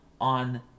on